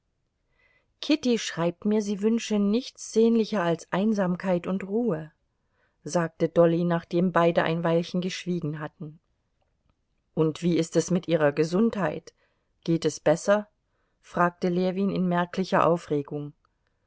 kitty schreibt mir sie wünsche nichts sehnlicher als einsamkeit und ruhe sagte dolly nachdem beide ein weilchen geschwiegen hatten und wie ist es mit ihrer gesundheit geht es besser fragte ljewin in merklicher aufregung